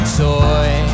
toy